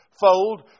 fold